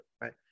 right